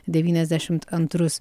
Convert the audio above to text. devyniasdešimt antrus